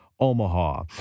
Omaha